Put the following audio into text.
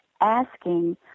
asking